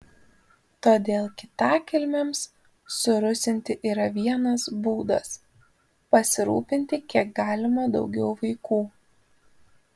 todėl kitakilmiams surusinti yra vienas būdas pasirūpinti kiek galima daugiau vaikų